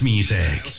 Music